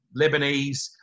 Lebanese